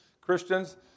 Christians